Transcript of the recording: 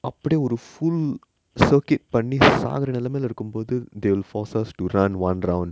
அப்டியே ஒரு:apdiye oru full circuit பன்னி சாகுர நெலமைல இருக்கும்போது:panni saakura nelamaila irukumpothu they will force us to run one round